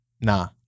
nah